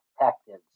detectives